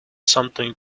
something